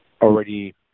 already